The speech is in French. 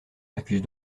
accuse